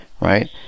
Right